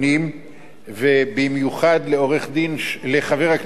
ובמיוחד לחבר הכנסת שי חרמש,